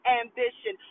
ambition